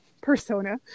persona